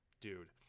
Dude